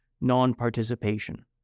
non-participation